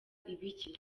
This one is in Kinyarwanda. ibiki